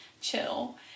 chill